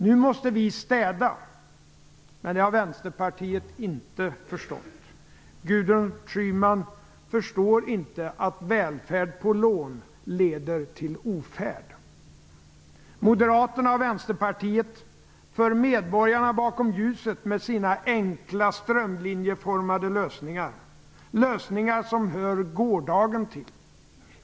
Nu måste vi städa, men det har Vänsterpartiet inte förstått. Gudrun Schyman förstår inte att välfärd på lån leder till ofärd. Moderaterna och Vänsterpartiet för medborgarna bakom ljuset med sina enkla strömlinjeformade lösningar - lösningar som hör gårdagen till.